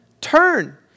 Turn